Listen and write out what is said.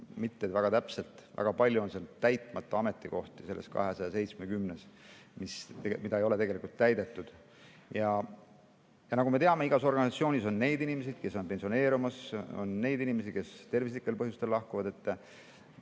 mitte väga täpselt. Väga palju on täitmata ametikohti nende 270 hulgas, need ei ole tegelikult täidetud. Nagu me teame, igas organisatsioonis on inimesi, kes on pensioneerumas, on neid inimesi, kes tervislikel põhjustel lahkuvad.